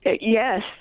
Yes